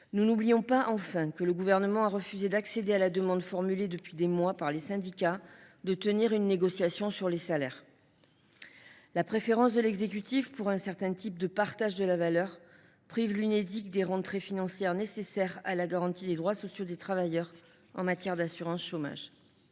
nous n’oublions pas que le Gouvernement a refusé d’accéder à la demande formulée depuis des mois par les syndicats de tenir une négociation sur les salaires. La préférence de l’exécutif pour un certain type de partage de la valeur prive l’Unédic des rentrées financières nécessaires à la garantie des droits sociaux des travailleurs en matière d’assurance chômage.